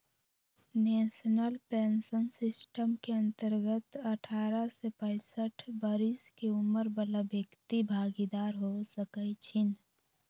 national pension system के अंतर्गत अठारह से पैंसठ बरिश के उमर बला व्यक्ति भागीदार हो सकइ छीन्ह